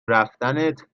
رفتنت